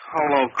Hello